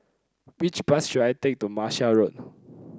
which bus should I take to Martia Road